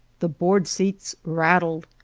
the board-seats rattled,